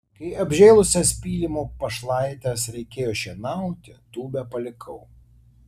kai apžėlusias pylimo pašlaites reikėjo šienauti tūbę palikau